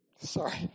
Sorry